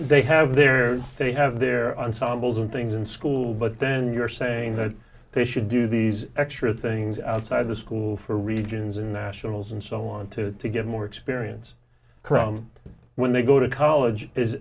they have their they have their ensembles and things and school but then you're saying that they should do these extra things outside the school for regions international rules and so on to get more experience crum when they go to college is